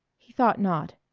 he thought not.